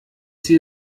sie